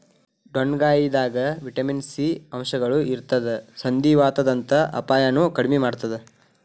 ಡೊಣ್ಣಗಾಯಿದಾಗ vitamin C ಅಂಶಗಳು ಇರತ್ತದ ಸಂಧಿವಾತದಂತ ಅಪಾಯನು ಕಡಿಮಿ ಮಾಡತ್ತದ